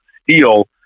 steel